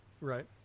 right